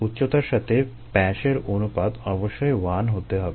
উচ্চতার সাথে ব্যাসের অনুপাত অবশ্যই 1 হতে হবে